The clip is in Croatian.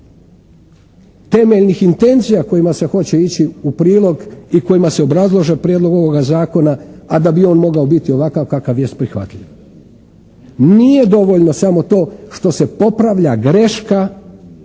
temeljnih intencija kojima se hoće ići u prilog i kojima se obrazlaže prijedlog ovoga zakona, a da bi on mogao biti ovakav kakav jest prihvatljiv. Nije dovoljno samo to što se popravlja greška,